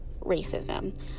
racism